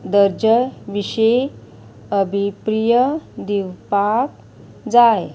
दर्ज्या विशीं अभिप्रिय दिवपाक जाय